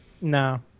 No